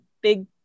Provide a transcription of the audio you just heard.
big